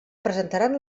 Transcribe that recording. presentaran